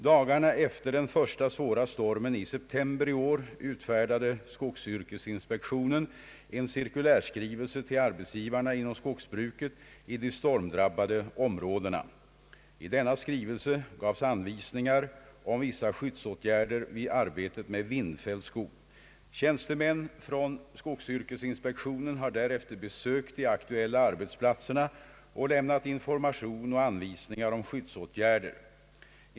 Dagarna efter den första svåra stormen i september i år utfärdade skogsyrkesinspektionen en cirkulärskrivelse till arbetsgivarna inom skogsbruket i de stormdrabbade områdena. I denna skrivelse gavs anvisningar om vissa skyddsåtgärder vid arbetet med vindfälld skog. Tjänstemän från skogsyrkesinspektionen har därefter besökt de aktuella arbetsplatserna och lämnat information och anvisningar om skyddsåtgärder.